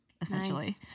essentially